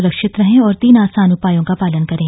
सुरक्षित रहें और तीन आसान उपायों का पालन करें